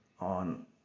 on